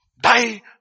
die